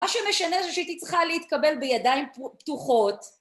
מה שמשנה זה שהייתי צריכה להתקבל בידיים פתוחות...